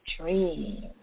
dream